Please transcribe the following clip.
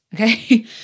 Okay